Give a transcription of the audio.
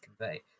convey